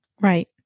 Right